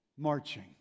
marching